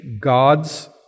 gods